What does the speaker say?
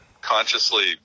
consciously –